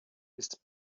ist